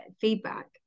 feedback